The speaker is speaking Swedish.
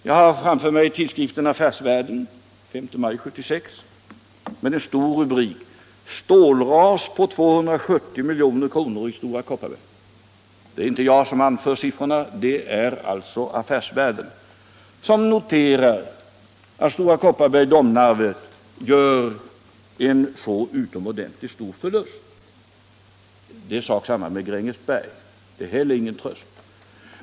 Jag har framför mig tidskriften Affärsvärlden för den 5 maj 1976 med en stor rubrik: ”Stålras på 270 miljoner i Stora Kopparberg.” Det är inte jag som anför siffrorna — det är Affärsvärlden som noterar att Stora Kopparberg — Domnarvets Jernverk — gör en så utomordentligt stor förlust. Det är sak samma med Grängesberg. Det är heller ingen tröst.